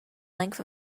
length